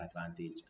advantage